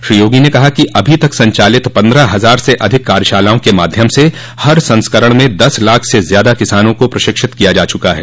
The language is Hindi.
श्री योगी ने कहा कि अभी तक संचालित पन्द्रह हज़ार से अधिक कार्यशालाओं के माध्यम से हर संस्करण में दस लाख से ज़्यादा किसानों को प्रशिक्षित किया जा चुका है